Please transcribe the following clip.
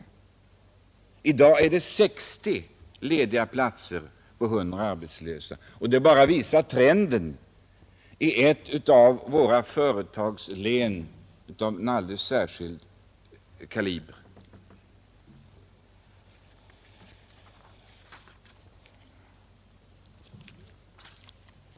I dag är det 60 lediga platser på 100 arbetslösa, vilket visar trenden i ett av de län där småföretagsamheten är av alldeles särskild kaliber.